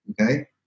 okay